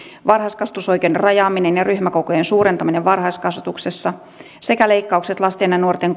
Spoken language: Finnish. varhaiskasvatusoikeuden rajaaminen ja ryhmäkokojen suurentaminen varhaiskasvatuksessa sekä leikkaukset lasten ja nuorten